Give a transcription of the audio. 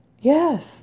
yes